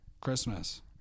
Christmas